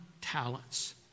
talents